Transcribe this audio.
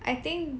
I think